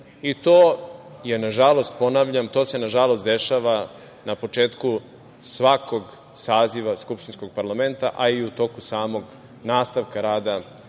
To se, nažalost, ponavljam, dešava na početku svakog saziva skupštinskog parlamenta, a i u toku samog nastava rada